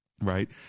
right